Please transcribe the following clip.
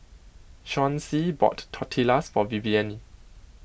Chauncy bought Tortillas for Vivienne